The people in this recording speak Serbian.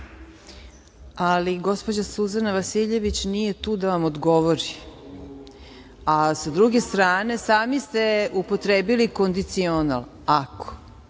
Ali, gospođa Suzana Vasiljević nije tu da vam odgovori. Sa druge strane, sami ste upotrebili kondicional – ako.